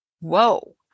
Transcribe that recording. whoa